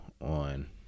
on